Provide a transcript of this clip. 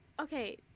okay